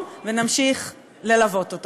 אני לא רק מקשיב, אני גם כותב.